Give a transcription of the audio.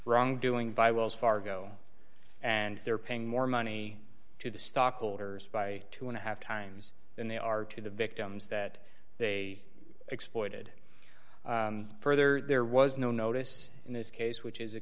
wrongdoing by wells fargo and they're paying more money to the stockholders by two dollars and a half times than they are to the victims that they exploited further there was no notice in this case which is a